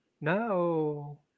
No